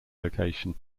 location